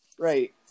Right